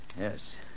Yes